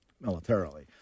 militarily